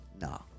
No